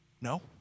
no